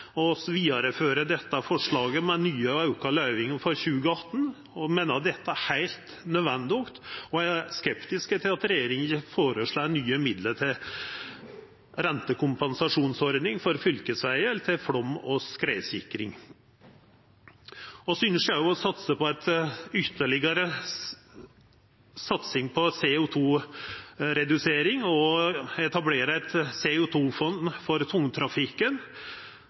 dette forslaget vidare med nye auka løyvingar for 2018. Vi meiner dette er heilt nødvendig og er skeptiske til at regjeringa føreslår nye midlar til rentekompensasjonsordning for fylkesvegar heller enn til flaum- og skredsikring. Vi ynskjer òg ei ytterlegare satsing på CO 2 -redusering og å etablera eit CO 2 -fond for tungtrafikken